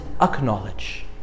acknowledge